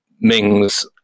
mings